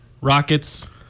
Rockets